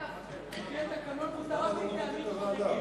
על-פי התקנון מותר מטעמים חריגים.